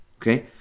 Okay